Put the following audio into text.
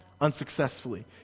unsuccessfully